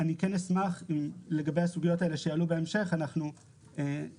אני כן אשמח אם לגבי הסוגיות האלה שיעלו בהמשך אנחנו נרשום